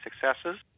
successes